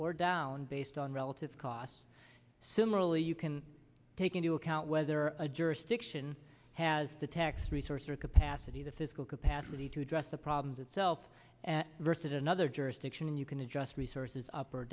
or down based on relative costs similarly you can take into account whether a jurisdiction has the tax resource or capacity the physical capacity to address the problems itself versus another jurisdiction and you can adjust resources up or